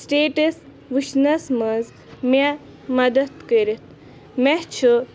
status وُچھنَس منٛز مےٚ مدتھ کٔرِتھ مےٚ چھُ